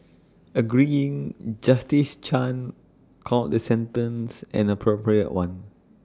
agreeing justice chan called the sentence an appropriate one